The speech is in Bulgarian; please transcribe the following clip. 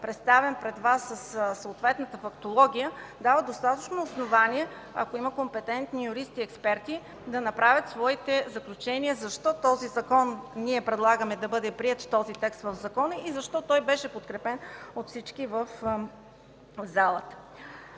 представям пред Вас със съответната фактология, дават достатъчно основания, ако има компетентни юристи и експерти, да направят своите заключения защо ние предлагаме да бъде приет този текст в закона и защо той беше подкрепен от всички в залата.